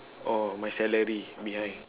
oh my salary behind